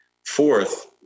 Fourth